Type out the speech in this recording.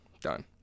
done